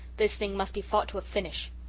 this thing must be fought to a finish.